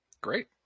Great